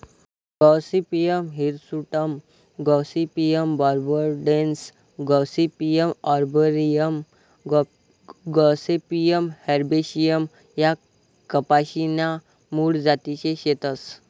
Gossypium hirsutum gossypium barbadense gossypium arboreum gossypium herbaceum ह्या कपाशी न्या मूळ जाती शेतस